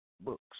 books